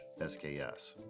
SKS